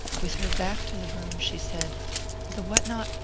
with her back to the room she said the what-not?